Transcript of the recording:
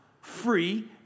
free